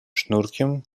sznurkiem